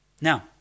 Now